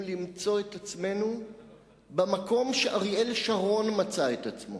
למצוא את עצמנו במקום שאריאל שרון מצא את עצמו,